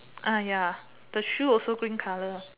ya the shoe also green colour